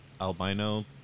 albino